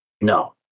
No